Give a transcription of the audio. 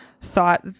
thought